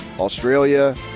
Australia